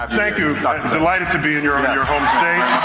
um thank you, i'm delighted to be in your and your home state.